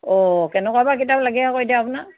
অঁ কেনেকুৱা বা কিতাপ লাগে আকৌ এতিয়া আপোনাক